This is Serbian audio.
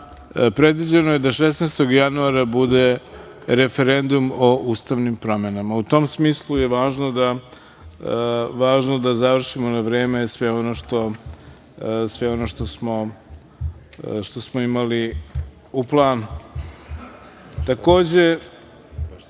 Predviđeno je da 16. januara bude referendum o ustavnim promenama. U tom smislu je važno da završimo na vreme sve ono što smo imali u planu. Takođe,